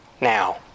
now